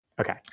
Okay